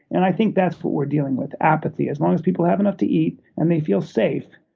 and i think that's what we're dealing with, apathy. as long as people have enough to eat and they feel safe,